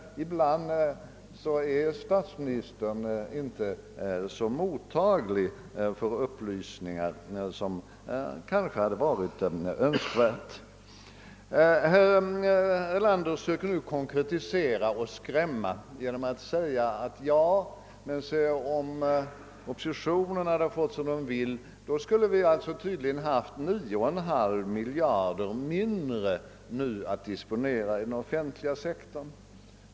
Ibland är inte statsministern så mottaglig för upplysningar som man kanske kunde önska. Herr Erlander söker nu konkretisera och skrämma genom att säga: Om oppositionen hade fått sin vilja fram hade vi haft 9,5 miljarder kronor mindre att disponera i den offentliga sektorn än vi nu har.